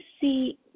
see